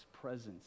presence